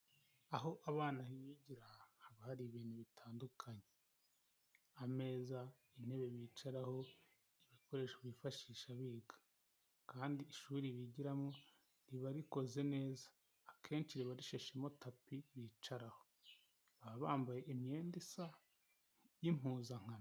Aho abana bigira haba hari ibintu bitandukanye ameza, intebe bicaraho ibikoresho bifashisha biga, kandi ishuri bigiramo riba rikoze neza akenshi riba rishashemo tapi bicaraho baba bambaye imyenda isa y’impuzankano.